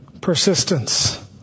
persistence